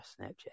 Snapchat